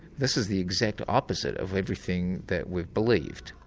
this is the exact opposite of everything that we believed.